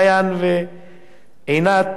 מעיין ועינת,